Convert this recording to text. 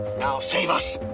now save us.